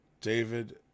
David